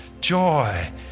joy